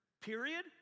period